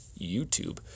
YouTube